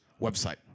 website